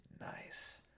nice